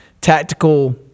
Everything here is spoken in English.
tactical